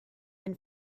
been